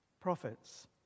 prophets